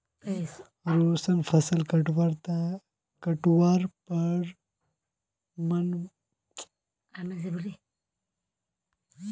रोशन फसल काटवार पर मनाने वाला त्योहार पर लेख लिखे छे